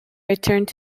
returned